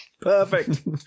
Perfect